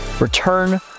return